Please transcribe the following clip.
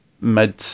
mid